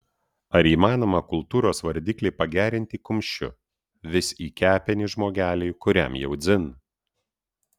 ar įmanoma kultūros vardiklį pagerinti kumščiu vis į kepenis žmogeliui kuriam jau dzin